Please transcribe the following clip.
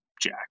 Jack